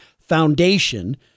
foundation